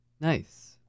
Nice